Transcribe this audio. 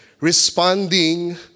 responding